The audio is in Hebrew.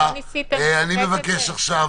תודה.